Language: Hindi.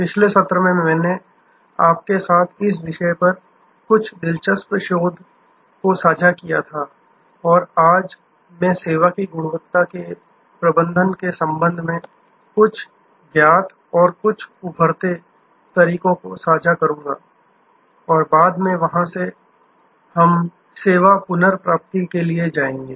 पिछले सत्र में मैंने आपके साथ इस विषय पर कुछ दिलचस्प शोध को साझा किया था और आज मैं सेवा की गुणवत्ता के प्रबंधन के संबंध में कुछ ज्ञात और कुछ उभरते तरीकों को साझा करूंगा और बाद में वहां से हम सेवा पुनर्प्राप्ति के लिए जाएंगे